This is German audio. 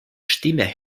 stimme